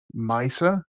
Misa